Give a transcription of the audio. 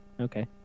okay